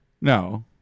No